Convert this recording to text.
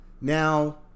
now